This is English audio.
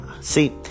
See